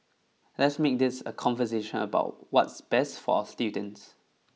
let's make this a conversation about what's best for our students